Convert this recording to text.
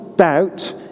Doubt